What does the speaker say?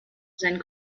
sein